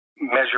measure